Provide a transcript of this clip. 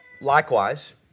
likewise